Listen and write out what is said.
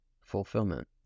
fulfillment